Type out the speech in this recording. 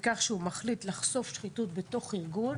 בכך שהוא מחליט לחשוף שחיתות בתוך ארגון